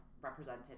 represented